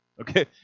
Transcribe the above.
Okay